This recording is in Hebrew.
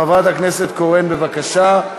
חברת הכנסת קורן, בבקשה.